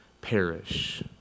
perish